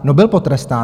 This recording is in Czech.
No, byl potrestán.